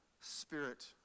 spirit